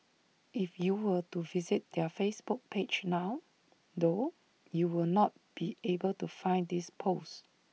if you were to visit their Facebook page now though you will not be able to find this post